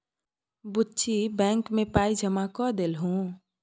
बुच्ची बैंक मे पाय जमा कए देलहुँ